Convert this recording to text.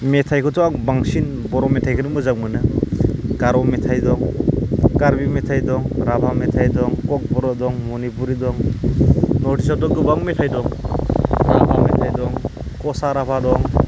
मेथाइखोथ' आं बांसिन बर'मेथाइखोनो मोजां मोनो गार' मेथाइ दं कारबि मेथाइ दं राभा मेथाइ दं ककबरक दं मनिपुरि दं नर्थ इस्ट आवथ' गोबां मेथाइ दं राभा मेथाइ दं खसा राभा दं